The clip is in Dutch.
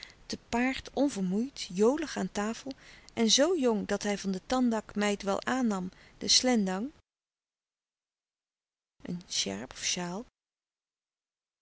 te paard onvermoeid jolig aan tafel en zo jong dat hij van de tandak meid wel aannam de slendang